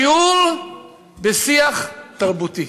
שיעור בשיח תרבותי.